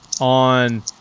on